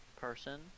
person